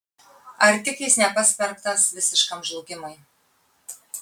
ar tik jis nepasmerktas visiškam žlugimui